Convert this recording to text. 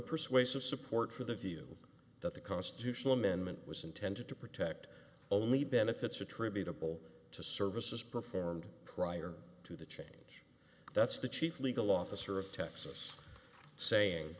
persuasive support for the view that the constitutional amendment was intended to protect only benefits attributable to services performed prior to the change that's the chief legal officer of texas saying